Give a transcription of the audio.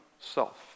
self